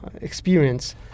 experience